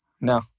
No